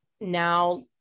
now